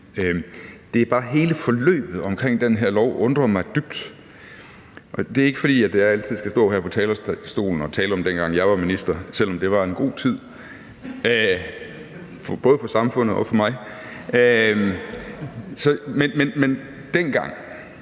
Det er bare hele forløbet omkring det her lovforslag, der undrer mig dybt, og det er ikke, fordi jeg altid skal stå her på talerstolen og tale om dengang, jeg var minister, selv om det var en god tid – både for samfundet og for mig – men dengang